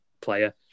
player